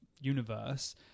universe